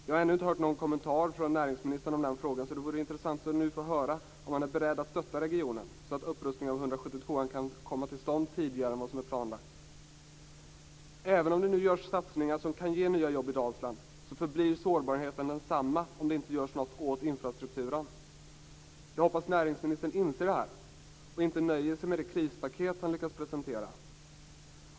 Jag har ännu inte hört någon kommentar från näringsministern i frågan. Därför vore det intressant att nu få höra om han är beredd att stötta regionen, så att upprustningen av väg 172 kan komma till stånd tidigare än vad som är planlagt. Även om det nu görs satsningar som kan ge nya jobb i Dalsland, förblir sårbarheten densamma om det inte görs något åt infrastrukturen. Jag hoppas att näringsministern inser det här och inte nöjer sig med det krispaket han lyckats presentera.